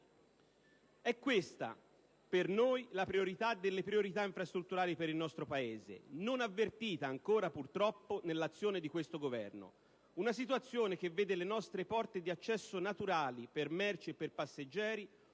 È questa per noi la priorità delle priorità infrastrutturali per il nostro Paese, non avvertita ancora, purtroppo, nell'azione di questo Governo. La situazione vede le nostre porte di accesso naturali per merci e per passeggeri